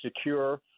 secure